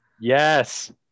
yes